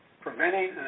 preventing